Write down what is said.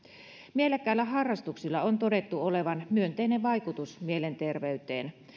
mielekkäillä harrastuksilla on todettu olevan myönteinen vaikutus mielenterveyteen